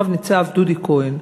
רב-ניצב דודי כהן.